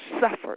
suffered